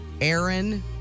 Aaron